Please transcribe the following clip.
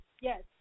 Yes